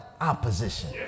opposition